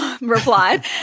replied